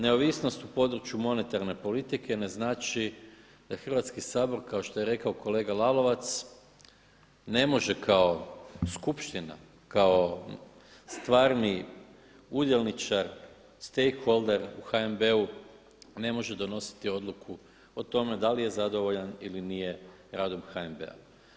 Neovisnost u području monetarne politike ne znači da Hrvatski sabor kao što je rekao kolega Lalovac, ne može kao skupština kao stvarni udjelničar stakeholder u HNB-u ne može donositi odluku o tome da li je zadovoljan ili nije radom HNB-a.